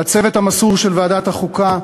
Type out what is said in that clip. לצוות המסור של ועדת החוקה,